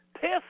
piss